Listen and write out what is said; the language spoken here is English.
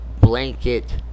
blanket